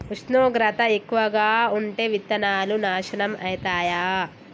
ఉష్ణోగ్రత ఎక్కువగా ఉంటే విత్తనాలు నాశనం ఐతయా?